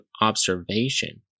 observation